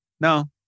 No